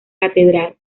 catedral